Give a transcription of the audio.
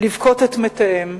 לבכות את מתיהם,